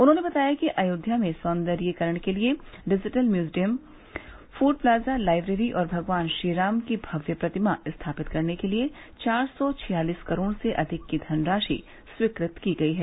उन्होंने बताया कि अयोध्या में सौन्दर्यीकरण के लिए डिजिटल म्यूजियम फूड प्लाजा लाइव्रेरी और भगवान श्रीराम की भव्य प्रतिमा स्थापित करने के लिए चार सौ छियालीस करोड़ से अधिक की धनराशि स्वीकृत की गई है